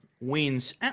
wins